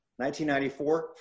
1994